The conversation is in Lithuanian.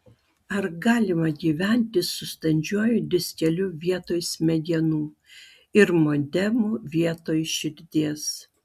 ar galima gyventi su standžiuoju diskeliu vietoj smegenų ir modemu vietoj širdies